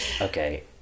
Okay